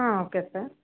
ಹಾಂ okay sir